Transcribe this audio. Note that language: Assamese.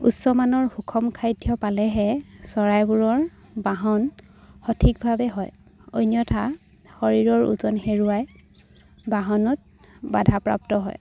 উচ্চমানৰ সুষম খাদ্য পালেহে চৰাইবোৰৰ বাঢ়ন সঠিকভাৱে হয় অন্যথা শৰীৰৰ ওজন হেৰুৱাই বাঢ়নত বাধাপ্ৰ্ৰাপ্ত হয়